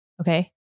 Okay